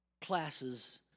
classes